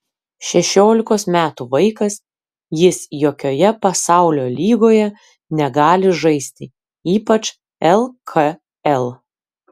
šešiolikos metų vaikas jis jokioje pasaulio lygoje negali žaisti ypač lkl